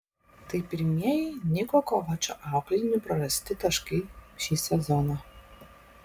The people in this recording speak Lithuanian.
tai pirmieji niko kovačo auklėtinių prarasti taškai šį sezoną